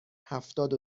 هفتاد